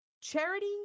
Charity